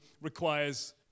requires